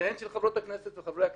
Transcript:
והן של חברות הכנסת וחברי הכנסת.